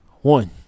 One